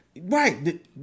right